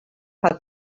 had